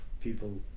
people